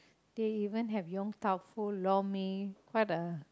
they even have Yong-Tau-Foo and lor-mee